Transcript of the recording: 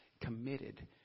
committed